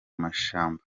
mashyamba